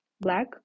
black